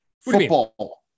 football